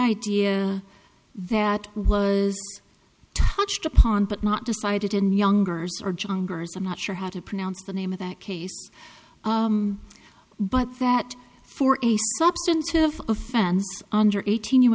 idea that was touched upon but not decided in youngers or junkers i'm not sure how to pronounce the name of that case but that for a substantive offense under eighteen